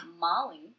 Molly